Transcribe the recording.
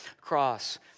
cross